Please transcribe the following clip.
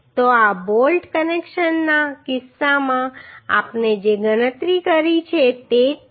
તો આ બોલ્ટ કનેક્શનના કિસ્સામાં આપણે જે ગણતરી કરી છે તે જ છે